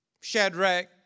Shadrach